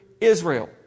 Israel